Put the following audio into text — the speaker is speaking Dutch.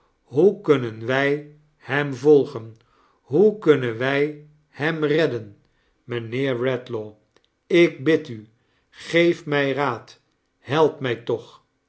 hoe kunnen wij hem volgen hoe kunnen wij hem redden mijnheer redlaw ik bid u geef mij raad help aij toch